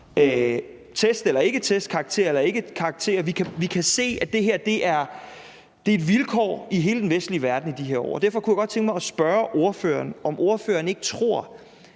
Test eller ikke test, karakterer eller ikke karakterer – vi kan se, at det her er et vilkår i hele den vestlige verden i de her år. Derfor kunne jeg godt tænke mig at spørge ordføreren, om ordføreren ikke tror,